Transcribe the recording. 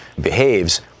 behaves